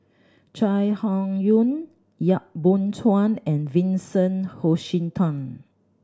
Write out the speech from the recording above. Chai Hon Yoong Yap Boon Chuan and Vincent Hoisington